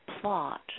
plot